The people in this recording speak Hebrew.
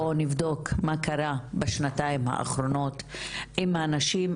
בואו נבדוק מה קרה בשנתיים האחרונות עם הנשים,